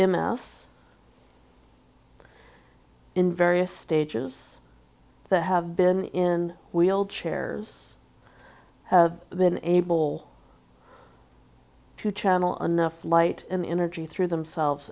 out in various stages that have been in wheelchairs have been able to channel enough light in energy through themselves